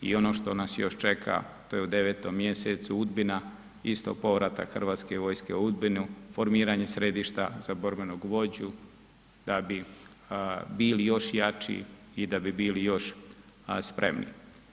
I ono što nas još čeka, to je u 9. mjesecu Udbina, isto povratak Hrvatske vojske u Udbinu, formiranje središta za borbenog vođu da bi bili još jači i da bi bili još spremni.